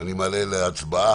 אני מעלה להצבעה,